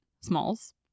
Smalls